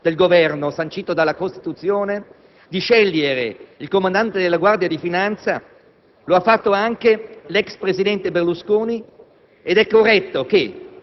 Chiediamo fin d'ora che le competenze della Guardia di finanza siano conferite e rimangano definitivamente nelle mani del Ministro competente.